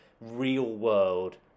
real-world